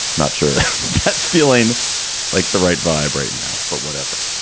not sure that's feeling like the right vibe right now. but whatever.